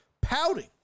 pouting